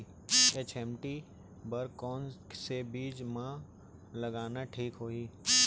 HMT बर कौन से बीज मा लगाना ठीक होही?